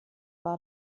war